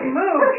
move